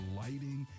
lighting